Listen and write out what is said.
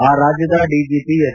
ಆ ರಾಜ್ಲದ BJP S